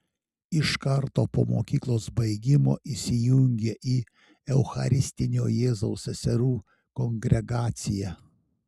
iš karto po mokyklos baigimo įsijungė į eucharistinio jėzaus seserų kongregaciją